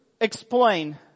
explain